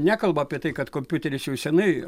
nekalbu apie tai kad kompiuterius jau senai